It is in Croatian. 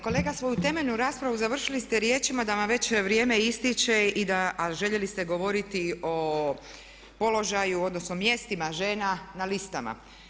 Kolega svoju temeljnu raspravu završili ste riječima da vam već vrijeme ističe a željeli ste govoriti o položaju, odnosno mjestima žena na listama.